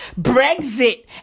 Brexit